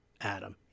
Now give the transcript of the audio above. Adam